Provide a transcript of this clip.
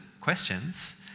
questions